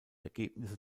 ergebnisse